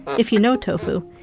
if you know tofu,